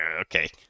okay